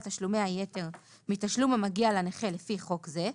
תשלומי היתר מתשלום המגיע לנכה לפי חוק זה,